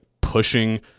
pushing